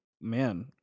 man